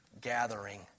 gathering